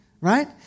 Right